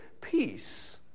peace